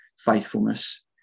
faithfulness